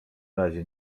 razie